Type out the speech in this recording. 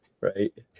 Right